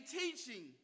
teaching